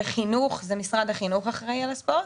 בחינוך זה משרד החינוך אחראי על הספורט.